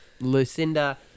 Lucinda